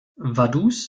vaduz